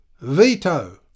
VETO